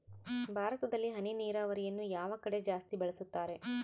ಭಾರತದಲ್ಲಿ ಹನಿ ನೇರಾವರಿಯನ್ನು ಯಾವ ಕಡೆ ಜಾಸ್ತಿ ಬಳಸುತ್ತಾರೆ?